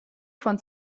von